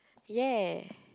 ya